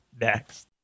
next